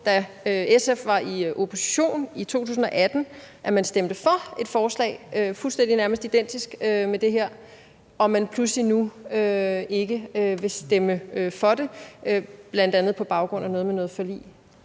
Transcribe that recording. da SF var i opposition i 2018, stemte for et forslag, der var nærmest fuldstændig identisk med det her, og hvorfor man pludselig nu ikke vil stemme for det, bl.a. på baggrund af noget med noget forlig.